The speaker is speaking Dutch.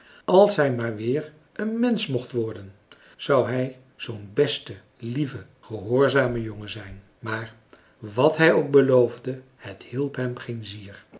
als hij maar weer een mensch mocht worden zou hij zoo'n beste lieve gehoorzame jongen zijn maar wat hij ook beloofde het hielp hem geen zier